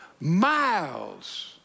miles